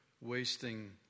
wasting